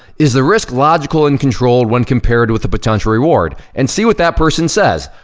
is the risk logical and controlled when compared with the potential reward? and see what that person says.